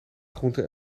groenten